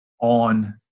on